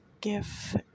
give